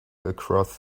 across